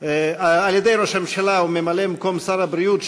על-ידי ראש הממשלה וממלא-מקום שר הבריאות,